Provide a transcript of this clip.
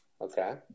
Okay